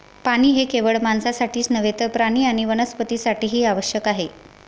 पाणी हे केवळ माणसांसाठीच नव्हे तर प्राणी आणि वनस्पतीं साठीही आवश्यक आहे